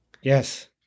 yes